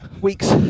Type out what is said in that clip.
weeks